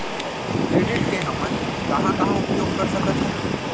Credit के हमन कहां कहा उपयोग कर सकत हन?